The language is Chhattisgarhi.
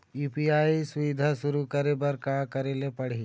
यू.पी.आई सुविधा शुरू करे बर का करे ले पड़ही?